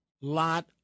lot